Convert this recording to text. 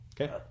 Okay